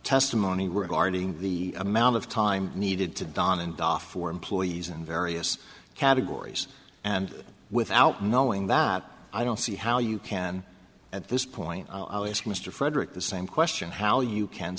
testimony regarding the amount of time needed to don in darfor employees in various categories and without knowing that i don't see how you can at this point mr frederick the same question how you can